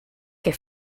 que